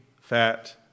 fat